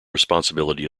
responsibility